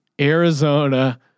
Arizona